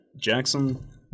Jackson